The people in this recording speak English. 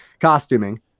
costuming